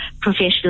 professional